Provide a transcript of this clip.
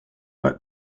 but